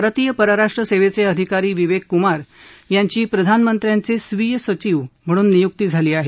भारतीय परराष्ट्र सेवेचे अधिकारी विवेक कुमार यांची प्रधानमंत्र्यांचे स्वीय सचिव म्हणून नियुक्ती झाली आहे